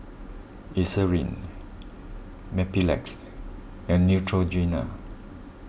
Eucerin Mepilex and Neutrogena